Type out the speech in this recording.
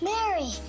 Mary